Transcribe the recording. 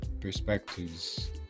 perspectives